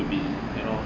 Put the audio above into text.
to be you know